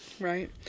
Right